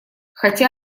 хотя